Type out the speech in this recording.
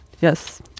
Yes